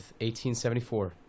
1874